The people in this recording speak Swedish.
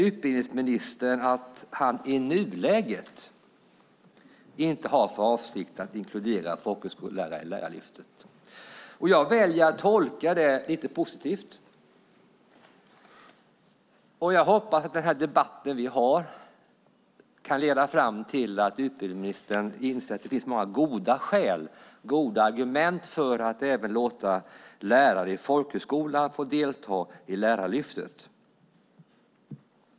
Utbildningsministern säger att han i nuläget inte har för avsikt att inkludera folkhögskolelärarna i Lärarlyftet. Jag väljer att tolka det lite positivt och hoppas att denna vår debatt kan leda till att utbildningsministern inser att det finns många goda skäl och argument för att låta även lärare i folkhögskolan få delta i Lärarlyftet.